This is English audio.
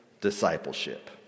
discipleship